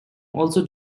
also